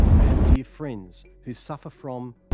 i have dear friends who suffer from,